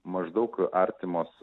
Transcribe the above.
maždaug artimos